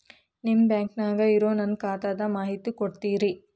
ನಿಮ್ಮ ಬ್ಯಾಂಕನ್ಯಾಗ ಇರೊ ನನ್ನ ಖಾತಾದ ಮಾಹಿತಿ ಕೊಡ್ತೇರಿ?